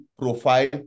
profile